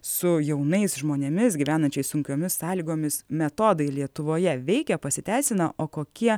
su jaunais žmonėmis gyvenančiais sunkiomis sąlygomis metodai lietuvoje veikia pasiteisina o kokie